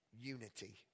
unity